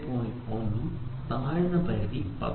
1 ഉം താഴ്ന്ന പരിധി 19